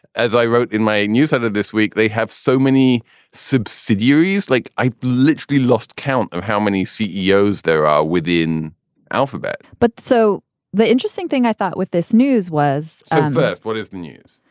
as i wrote in my new site of this week, they have so many subsidiaries like i literally lost count of how many ceos there are within alphabet but so the interesting thing i thought with this news was um first, what is the news?